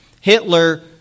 Hitler